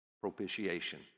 propitiation